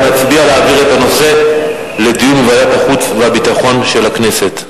אנחנו נצביע על העברת הנושא לדיון בוועדת החוץ והביטחון של הכנסת.